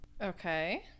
Okay